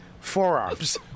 forearms